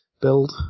build